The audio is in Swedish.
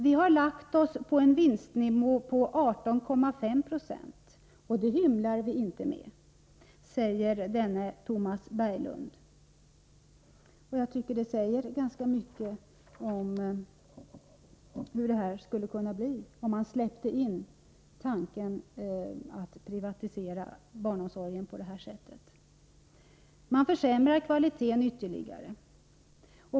Vi har lagt oss på en vinstnivå på 18,5 90, och det hymlar vi inte med, sade denne Tomas Berglund. Jag tycker att det säger ganska mycket om hur det skulle kunna bli om man släppte loss tanken på en privatisering av barnomsorgen på det här sättet. Man försämrar kvaliteten ytterligare.